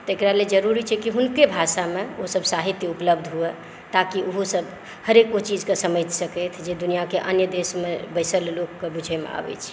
तऽ एकरा लए जरुरी छै कि हुनके भाषामे साहित्य उपलब्ध हुए ताकि ओहो सब हरेक ओ चीजकेँ समझि सकथि जे दुनिआके अन्य देशमे बैसल लोककेँ बुझैमे आबै छै